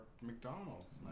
McDonald's